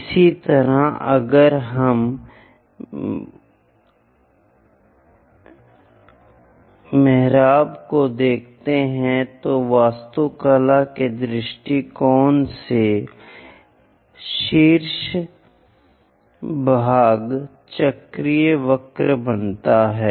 इसी तरह अगर हम मेहराब को देख रहे हैं तो वास्तुकला के दृष्टिकोण से शीर्ष भाग चक्रीय वक्र बनाते हैं